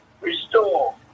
restore